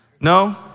No